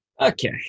Okay